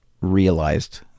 realized